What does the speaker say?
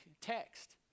text